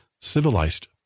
civilized